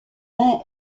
mains